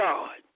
God